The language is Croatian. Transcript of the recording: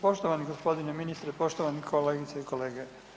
Poštovani g. ministre, poštovani kolegice i kolege.